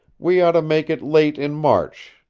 we ought to make it late in march.